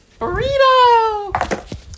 Burrito